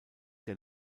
der